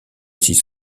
six